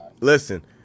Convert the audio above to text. Listen